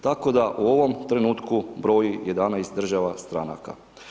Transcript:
Tako da u ovom trenutku broji 11 država stranaka.